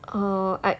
oh I